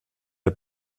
der